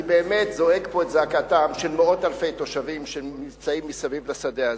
אני באמת זועק פה את זעקתם של מאות אלפי תושבים שנמצאים מסביב לשדה הזה,